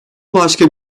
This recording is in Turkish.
başka